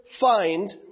find